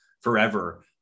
forever